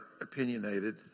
opinionated